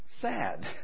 sad